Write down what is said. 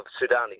Sudanese